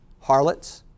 Harlots